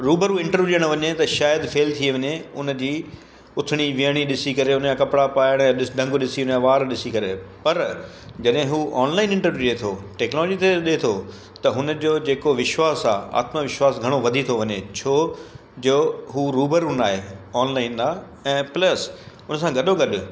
रुबरु interview ॾियणु वञे त शायद फेल थी वञे उन जी उथणी वेहणी ॾिसी करे उन जा कपिड़ा पाइण ऐं ॾिस ढंग ॾिसी उन जा वार ॾिसी करे पर जॾहिं उहा ऑनलाइन इंटरव्यू ॾिए थो टैक्नोलॉजी ते ॾिए थो त हुन जो जेको विश्वास आहे आत्मविश्वास घणो वधी थो वञे छोजो उहो रुबरु न आहे ऑनलाइन लाइ ऐं प्लस उन सां गॾो गॾु